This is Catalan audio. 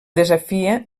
desafia